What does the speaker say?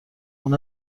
اون